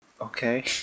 Okay